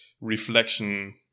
reflection